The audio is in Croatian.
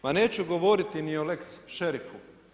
Ma neću govoriti ni o lex šerifu.